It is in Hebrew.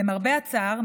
למרבה הצער,